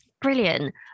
Brilliant